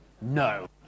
No